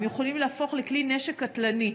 הם יכולים להפוך לכלי נשק קטלני.